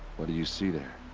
what do you see there?